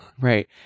right